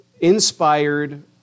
inspired